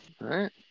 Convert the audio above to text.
Right